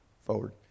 Forward